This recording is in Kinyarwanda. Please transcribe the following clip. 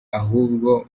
ahubwo